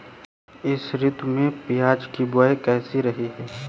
इस ऋतु में प्याज की बुआई कैसी रही है?